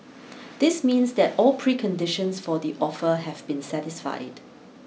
this means that all preconditions for the offer have been satisfied